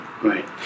Right